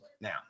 now